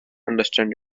understand